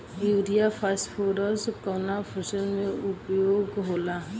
Urea phosphorus कवना फ़सल में उपयोग होला?